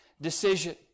decision